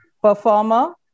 performer